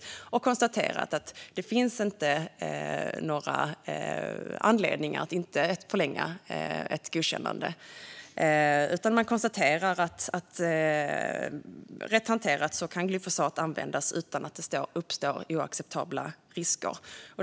Man har konstaterat att det inte finns någon anledning att inte förlänga ett godkännande, utan man konstaterar att glyfosat som hanteras rätt kan användas utan att det uppstår oacceptabla risker.